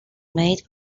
made